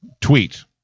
tweet